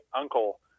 uncle